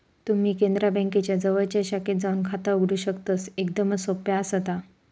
तुम्ही कॅनरा बँकेच्या जवळच्या शाखेत जाऊन खाता उघडू शकतस, एकदमच सोप्या आसा ता